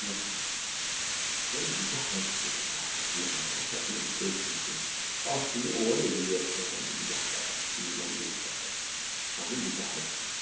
اَدٕ بہٕ کیٛاہ ہٮ۪کہٕ کٔرِتھ اَتھ نہَ اَتھ ہٮ۪کہٕ نہٕ بہٕ کٔرۍتھٕے کیٚنٛہہ اَتھ چھُ مےٚ اورَے ریٹ پٮ۪وان تہٕ بہٕ کیٛاہ کَرٕ اَتھ ژٕے وَن مےٚ بہٕ کیٛاہ کَرٕ اہنوٗ بہٕ کیٛاہ ہٮ۪کہٕ